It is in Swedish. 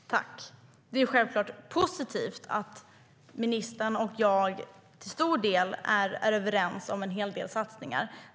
Herr ålderspresident! Det är självklart positivt att ministern och jag till stor del är överens om en hel del satsningar.